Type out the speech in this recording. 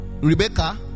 Rebecca